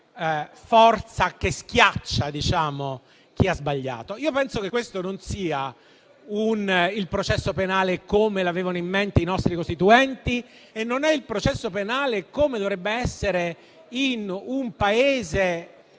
forza che schiaccia chi ha sbagliato. Io penso che questo non sia il processo penale che avevano in mente i nostri Costituenti e non è il processo penale come dovrebbe essere in un Paese